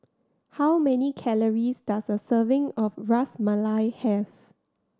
how many calories does a serving of Ras Malai have